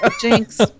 Jinx